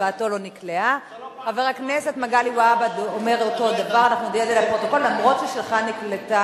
עברה את הקריאה הטרומית ותעבור לוועדת הכלכלה לשם הכנה,